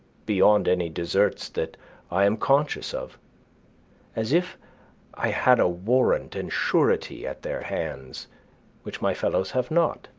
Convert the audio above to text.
beyond any deserts that i am conscious of as if i had a warrant and surety at their hands which my fellows have not,